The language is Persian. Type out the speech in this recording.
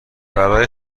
برای